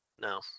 No